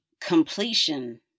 completion